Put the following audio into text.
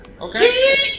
Okay